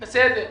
בסדר,